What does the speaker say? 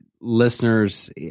listeners